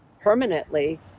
permanently